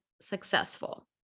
successful